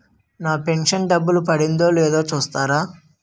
నా pension డబ్బులు పడిందో లేదో చూస్తారా?